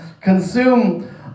consume